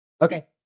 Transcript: Okay